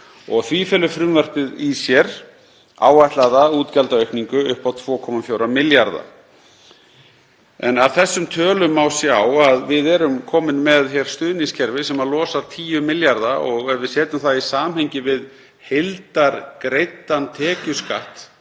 og því felur frumvarpið í sér áætlaða útgjaldaaukningu upp á 2,4 milljarða. Af þessum tölum má sjá að við erum komin með stuðningskerfi sem losar 10 milljarða og ef við setjum það í samhengi við heildargreiddan tekjuskatt